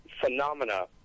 phenomena